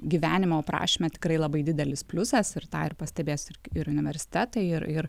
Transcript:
gyvenimo aprašyme tikrai labai didelis pliusas ir tą ir pastebės ir ir universitetai ir ir